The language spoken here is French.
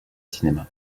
cinéma